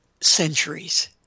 centuries